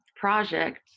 project